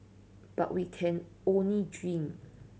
but we can only dream